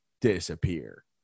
disappear